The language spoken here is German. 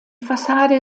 fassade